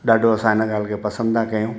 ॾाढो असां हिन ॻाल्हि खे पसंदि था कयूं